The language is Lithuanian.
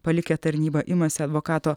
palikę tarnybą imasi advokato